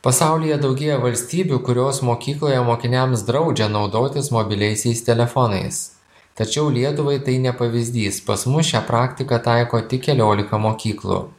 pasaulyje daugėja valstybių kurios mokykloje mokiniams draudžia naudotis mobiliaisiais telefonais tačiau lietuvai tai ne pavyzdys pas mus šią praktiką taiko tik keliolika mokyklų